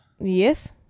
Yes